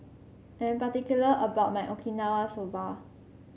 I am particular about my Okinawa Soba